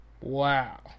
wow